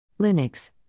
linux